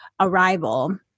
arrival